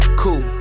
cool